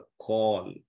call